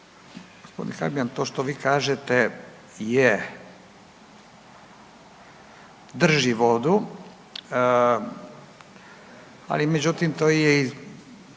Gospodin Habijan to što vi kažete je, drži vodu, ali međutim to je,